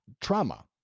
trauma